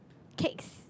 cakes